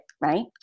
right